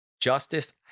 Justice